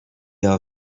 are